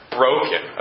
broken